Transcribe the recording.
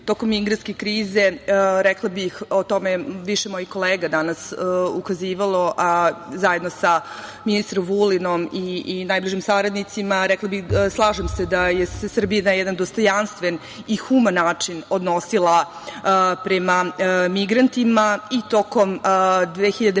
Tokom migrantske krize, rekla bih o tome, više mojih kolega je danas ukazivalo na to, zajedno sa ministrom Vulinom i najbližim saradnicima, slažem se da se Srbija na jedan dostojanstven i human način odnosila prema migrantima i tokom 2015.